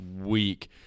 week